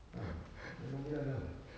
ah dah enam bulan ah